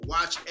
Watch